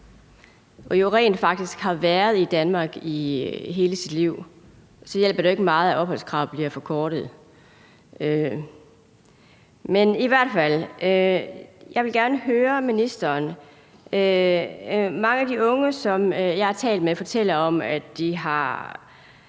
man rent faktisk har været i Danmark i hele sit liv. Så hjælper det jo ikke meget, at opholdskravet bliver forkortet. Men jeg vil i hvert fald gerne høre ministeren om det, for mange af de unge, som jeg har talt med, fortæller om, at de har